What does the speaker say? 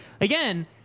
again